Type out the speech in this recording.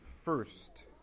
first